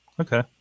Okay